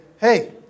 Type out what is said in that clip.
hey